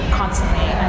constantly